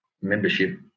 membership